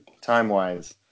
time-wise